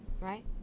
right